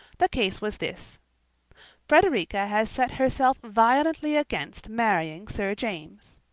the case was this frederica had set herself violently against marrying sir james.